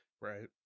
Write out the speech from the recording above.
Right